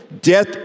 death